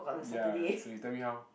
ya so you tell me how